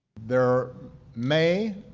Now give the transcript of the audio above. there may,